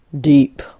deep